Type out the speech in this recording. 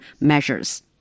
measures